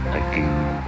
again